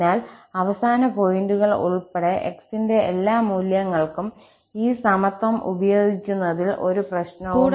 അതിനാൽ അവസാന പോയിന്റുകൾ ഉൾപ്പെടെ x ന്റെ എല്ലാ മൂല്യങ്ങൾക്കും ഈ സമത്വം ഉപയോഗിക്കുന്നതിൽ ഒരു പ്രശ്നവുമില്ല